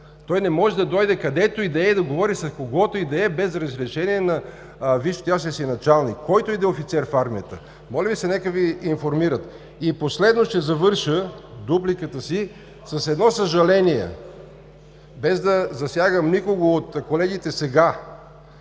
Той не може да дойде където и да е, и да говори за когото и да е, без разрешение на висшестоящия си началник, който и да е офицер в армията. Моля Ви се, нека Ви информират. И последно ще завърша дупликата си с едно съжаление, без да засягам никого от колегите сега.